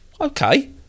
Okay